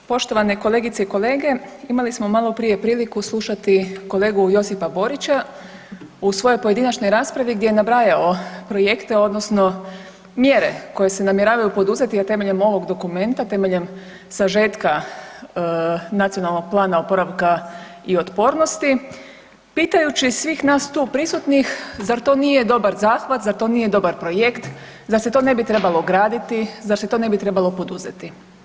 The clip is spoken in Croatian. Poštovane kolegice i kolege, imali smo maloprije priliku slušati kolegu Josipa Borića u svojoj pojedinačnoj raspravi gdje je nabrajao projekte odnosno mjere koje se namjeravaju poduzeti, a temeljem ovog dokumenta, temeljem sažetka NPOO, pitajući svih nas tu prisutnih zar to nije dobar zahvat, zar to nije dobar projekt, zar se to ne bi trebalo graditi, zar se to ne bi trebalo poduzeti?